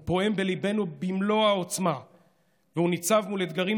הוא פועם בליבנו במלוא העוצמה והוא ניצב מול אתגרים